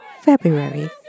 February